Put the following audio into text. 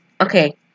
Okay